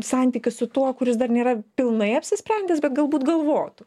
santykius su tuo kuris dar nėra pilnai apsisprendęs bet galbūt galvotų